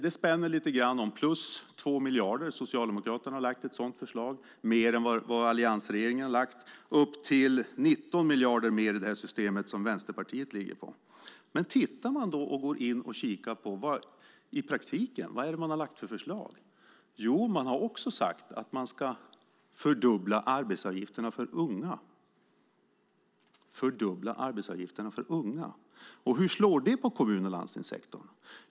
Det spänner från 2 miljarder mer som Socialdemokraterna har lagt förslag om upp till 19 miljarder mer som Vänsterpartiet ligger på jämfört med alliansregeringens förslag. Då kan vi gå in och titta: Vad det är för förslag man har lagt fram i praktiken? Jo, man har också sagt att man ska fördubbla arbetsgivaravgifterna för unga. Hur slår det på kommun och landstingssektorn?